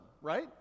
right